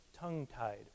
tongue-tied